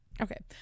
okay